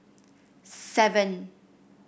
seven